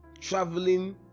Traveling